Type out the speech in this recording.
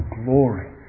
glory